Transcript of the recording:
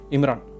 Imran